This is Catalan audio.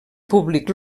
públic